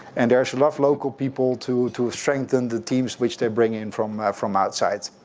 and there's enough local people to to strengthen the teams which they bring in from from outside.